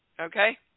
Okay